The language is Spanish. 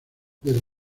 desde